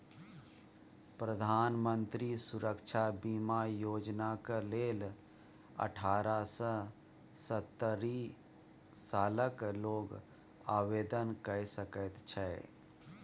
प्रधानमंत्री सुरक्षा बीमा योजनाक लेल अठारह सँ सत्तरि सालक लोक आवेदन कए सकैत छै